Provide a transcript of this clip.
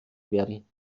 werden